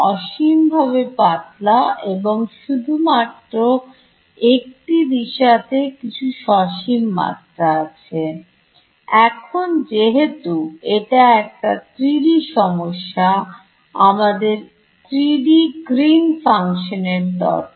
অসীম ভাবে পাতলা এবং শুধুমাত্র একটি দিশা তে কিছু সসীম মাত্রা আছে এখন যেহেতু এটা একটা 3D সমস্যা আমাদের 3D গ্রীন ফাংশন এর দরকার